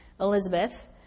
Elizabeth